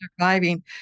surviving